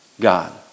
God